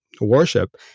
worship